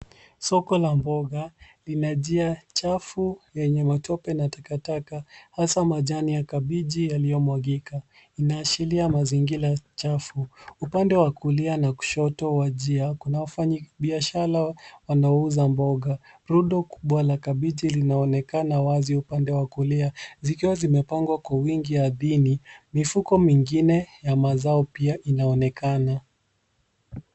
Soko la mboga lina njia chafu yenye matope na takataka hasa majani ya kabichi yaliyomwagika. Inaashira mazingira chafu. Upande wa kulia na kushoto wa njia kuna wafanyibiashara wanauza mboga. Rundo kubwa la kabiti linaonekana wazi upande wa kulia, zikiwa zimepangwa kwa wingi ardhini. Mifuko mingine ya mazao pia inaonekana.